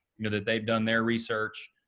you know, that they've done their research.